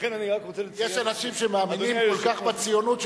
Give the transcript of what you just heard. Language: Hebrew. יש אנשים שמאמינים כל כך בציונות,